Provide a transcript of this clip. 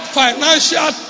financial